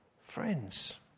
friends